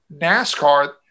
NASCAR